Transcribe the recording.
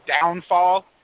downfall